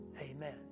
amen